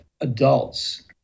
adults